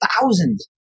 thousands